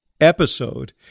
episode